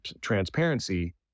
transparency